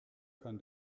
kann